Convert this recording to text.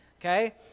okay